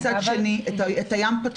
מצד שני את הים פתחו